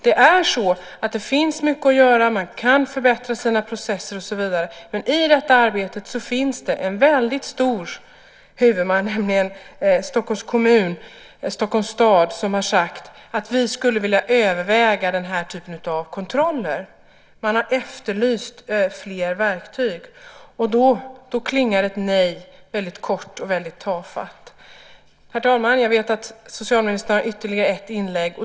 Det finns mycket att göra - man kan förbättra sina processer och så vidare - men i detta arbete finns det en väldigt stor huvudman, nämligen Stockholms stad, som har sagt: Vi skulle vilja överväga den här typen av kontroller. Man har efterlyst fler verktyg. Då klingar ett nej väldigt kort och väldigt tafatt. Herr talman! Jag vet att socialministern har ytterligare ett inlägg.